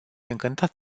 încântat